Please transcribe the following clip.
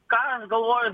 ką aš galvoju